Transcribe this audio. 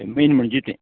बीन म्हणजे तें